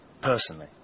personally